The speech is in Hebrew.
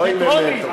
זה טרומי.